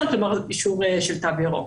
אישור של תו ירוק.